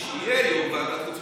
שכשיהיה יו"ר ועדת חוץ וביטחון,